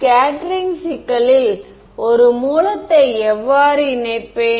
scattering சிக்கலில் ஒரு மூலத்தை எவ்வாறு இணைப்பேன்